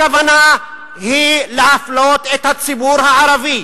הכוונה היא להפלות את הציבור הערבי,